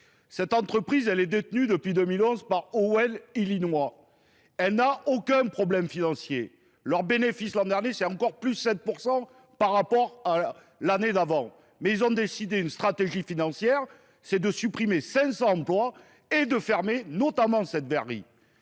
Cette entreprise, elle est détenue depuis 2011 par Owel-Illinois. Elle n'a aucun problème financier. Leur bénéfice l'an dernier, c'est encore plus 7% par rapport à l'année d'avant. Mais ils ont décidé une stratégie financière, c'est de supprimer 500 emplois et de fermer notamment cette verrie.